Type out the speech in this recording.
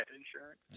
insurance